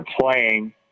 playing